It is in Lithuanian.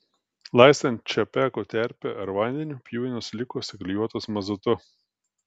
laistant čapeko terpe ar vandeniu pjuvenos liko suklijuotos mazutu